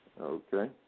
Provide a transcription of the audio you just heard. Okay